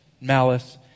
malice